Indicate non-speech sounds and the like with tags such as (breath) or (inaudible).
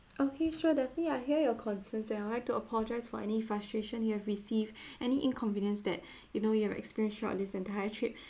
okay sure definitely I hear your concern and I would like to apologise for any frustration you have received (breath) any inconvenience that (breath) you know you have experience throughout this entire trip (breath)